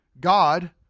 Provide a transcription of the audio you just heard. God